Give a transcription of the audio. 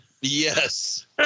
Yes